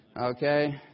Okay